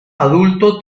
adulto